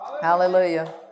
Hallelujah